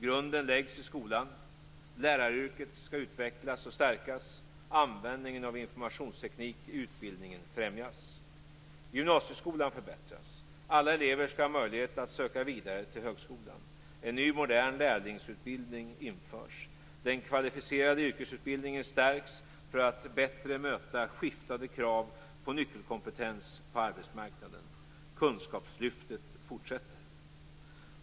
Grunden läggs i skolan. Läraryrket skall utvecklas och stärkas. Användningen av informationsteknik i utbildningen främjas. Gymnasieskolan förbättras. Alla elever skall ha möjlighet att söka vidare till högskolan. En ny modern lärlingsutbildning införs. Den kvalificerade yrkesutbildningen stärks för att bättre möta skiftande krav på nyckelkompetens på arbetsmarknaden. Kunskapslyftet fortsätter.